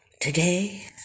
Today